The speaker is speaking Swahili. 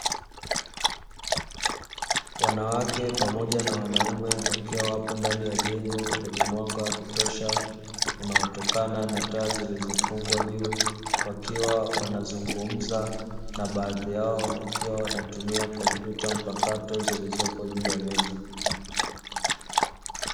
Wanawake pamoja na wanaume wakiwa wapo ndani ya jengo, lenye mwanga wa kutosha unaotokana na taa zilizofungwa juu wakiwa wanazungumza na baadhi yao, wakiwa wanatumia kompyuta mpakato zilizopo juu ya meza.